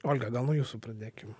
olga gal nuo jūsų pradėkim